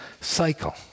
cycle